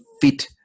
fit